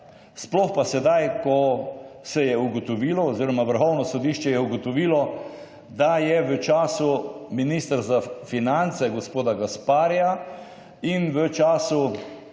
sploh pa sedaj, ko se je ugotovilo oziroma Vrhovno sodišče je ugotovilo, da je v času ministra za finance, gospoda Gasparija in v času